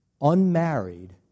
unmarried